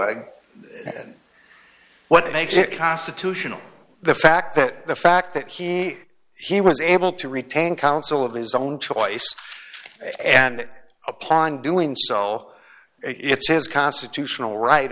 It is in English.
i what makes it constitutional the fact that the fact that he he was able to retain counsel of his own choice and upon doing so it's his constitutional right